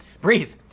breathe